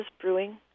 brewing